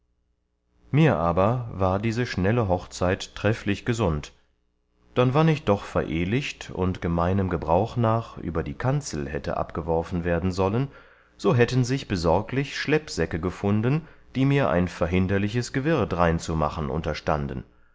mir aber war diese schnelle hochzeit trefflich gesund dann wann ich doch verehlichet und gemeinem gebrauch nach über die kanzel hätte abgeworfen werden sollen so hätten sich besorglich schleppsäcke gefunden die mir ein verhinderliches gewirr dreinzumachen unterstanden